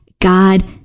God